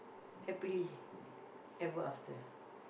happily ever after